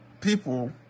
people